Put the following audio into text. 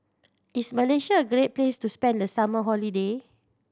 is Malaysia a great place to spend the summer holiday